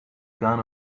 gone